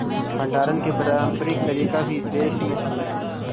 भण्डारण के पारम्परिक तरीका भी देश में हलइ